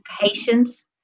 patience